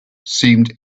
seemed